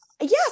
yes